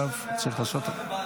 מסכימים לביטחון לאומי?